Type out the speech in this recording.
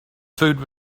food